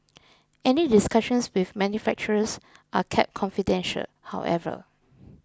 any discussions with manufacturers are kept confidential however